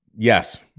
yes